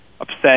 upset